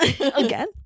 again